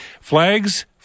Flags